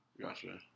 Gotcha